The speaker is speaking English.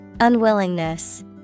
Unwillingness